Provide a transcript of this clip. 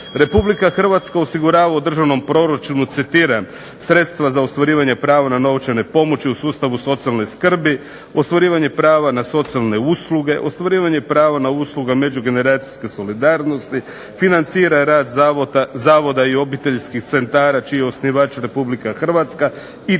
Republika Hrvatska osigurava u državnom proračunu, citiram: "sredstva za ostvarivanje prava na novčane pomoći u sustavu socijalne skrbi, ostvarivanje prava na socijalne usluge, ostvarivanje prava na usluge međugeneracijske solidarnosti, financira rad zavoda i obiteljskih centara čiji je osnivač Republike Hrvatska"